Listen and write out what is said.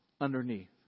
underneath